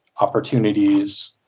opportunities